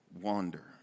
wander